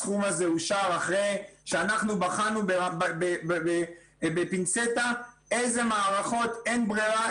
הסכום הזה אושר אחרי שאנחנו בחנו בפינצטה אילו מערכות אין ברירה,